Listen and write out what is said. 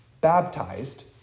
baptized